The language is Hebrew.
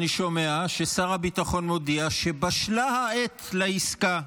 אני שומע ששר הביטחון מודיע שבשלה העת לעסקה.